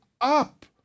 up